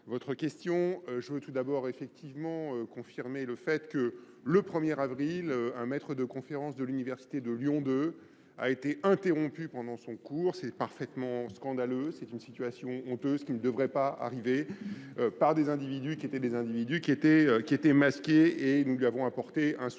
votre question. Je veux tout d'abord effectivement confirmer le fait que le 1er avril, un maître de conférence de l'Université de Lyon 2 a été interrompu pendant son cours. C'est parfaitement scandaleux, c'est une situation honteuse qui ne devrait pas arriver. par des individus qui étaient des individus qui étaient masqués et nous lui avons apporté un soutien